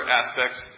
aspects